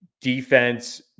defense